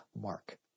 Mark